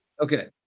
Okay